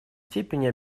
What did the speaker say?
степени